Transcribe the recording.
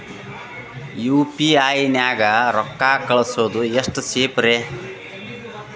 UPI ನ್ಯಾಗ ರೊಕ್ಕ ಕಳಿಸೋದು ಎಷ್ಟ ಸೇಫ್ ರೇ?